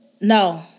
No